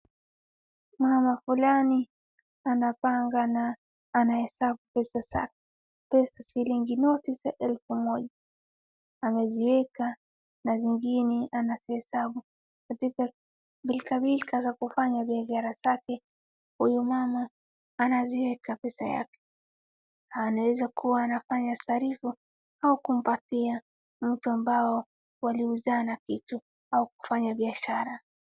Mama fulani anapanga na anahesabu pesa shilingi noti za elfu moja, ameziweka na zingine anazihesabu. Katika pilkapilka za kufanya siara zake, huyu mama anaziweka pesa zake, anaweza kuwa anafanya sarifu au kumpatia mtu ambaye waliuzana kitu au kufanya biashara.